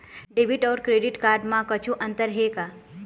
Debit अऊ credit card म कुछू अंतर हे का?